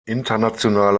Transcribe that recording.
internationale